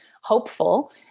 hopeful